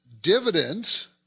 dividends